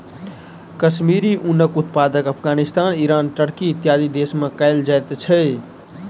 कश्मीरी ऊनक उत्पादन Afghanistan, Iran, Turkey, इत्यादि देश में कयल जाइत अछि